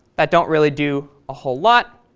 that don't really do a whole lot,